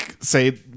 say